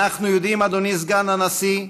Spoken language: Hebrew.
אנחנו יודעים, אדוני סגן הנשיא,